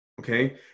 Okay